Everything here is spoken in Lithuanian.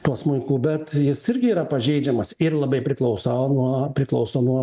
tuo smuiku bet jis irgi yra pažeidžiamas ir labai priklauso nuo priklauso nuo